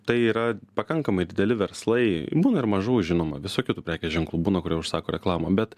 tai yra pakankamai dideli verslai būna ir mažų žinoma visokių tų prekės ženklų būna kurie užsako reklamą bet